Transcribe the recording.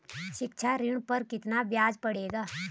शिक्षा ऋण पर कितना ब्याज पड़ेगा?